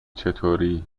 چطوری